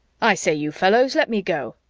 i say, you fellows, let me go,